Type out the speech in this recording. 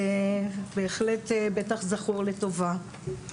בהחלט, בטח זכור לטובה.